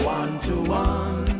one-to-one